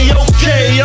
okay